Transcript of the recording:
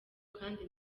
kandi